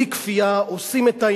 בלי כפייה,